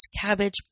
cabbage